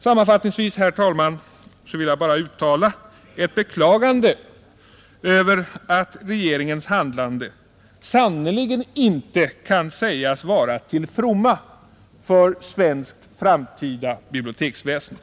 Sammanfattningsvis vill jag bara uttala ett beklagande över att regeringens handlande sannerligen inte kan sägas vara till fromma för svenskt framtida biblioteksväsende.